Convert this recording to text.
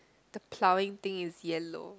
the plowing thing is yellow